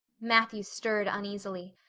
matthew stirred uneasily.